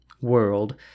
world